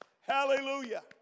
Hallelujah